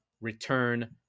return